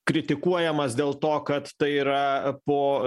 kritikuojamas dėl to kad tai yra po